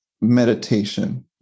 meditation